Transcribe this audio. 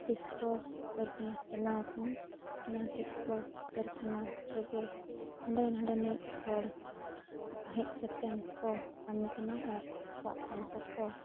ᱴᱤᱥᱠᱳ ᱠᱟᱹᱨᱠᱷᱟᱱᱟ ᱵᱮᱱᱟᱣ ᱟᱠᱟᱱᱟ ᱚᱱᱟ ᱴᱤᱥᱠᱳ ᱠᱟᱹᱨᱠᱷᱟᱱᱟ ᱨᱮᱜᱮ ᱦᱟᱸᱰᱮ ᱱᱟᱸᱰᱮᱱᱤᱡ ᱦᱚᱲ ᱦᱮᱡ ᱠᱟᱛᱮᱫ ᱠᱚ ᱠᱟᱹᱢᱤ ᱠᱟᱱᱟ ᱟᱨ ᱟᱠᱚᱣᱟᱜ ᱥᱚᱝᱥᱟᱨ ᱠᱚ